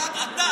שמעת?